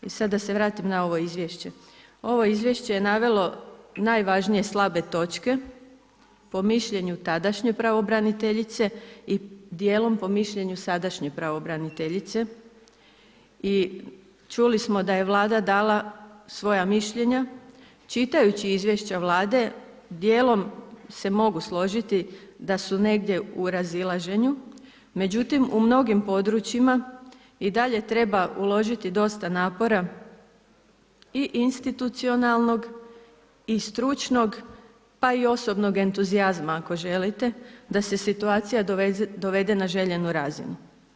Sad da se vratim na ovo izvješće, ovo izvješće je navelo najvažnije slabe točke po mišljenju tadašnje pravobraniteljice i djelom po mišljenju sadašnje pravobraniteljice i čuli smo da je Vlada dala svoja mišljenja čitajući izvješća Vlade dijelom se mogu složiti da su negdje u razilaženju, međutim u mnogim područjima i dalje treba uložiti dosta napora i institucionalnog i stručnog pa i osobnog entuzijazma ako želite, da se situacija dovede na željenu razinu.